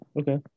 Okay